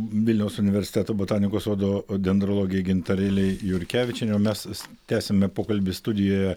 vilniaus universiteto botanikos sodo dendrologei gintarėlei jurkevičienei o mes tęsiame pokalbį studijoje